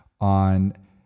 on